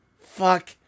Fuck